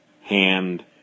hand